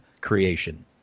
creation